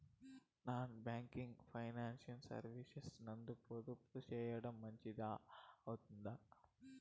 Non banking financial services నందు పొదుపు సేయడం మంచిది అవుతుందా?